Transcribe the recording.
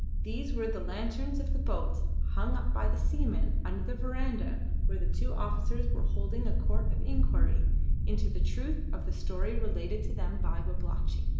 these were the lanterns of the boats hung up by the seamen under the verandah where the two officers were holding a court of inquiry into the truth of the story related to them by babalatchi.